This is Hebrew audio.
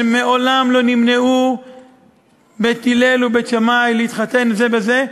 שמעולם לא נמנעו בית הלל ובית שמאי מלהתחתן זה בזה,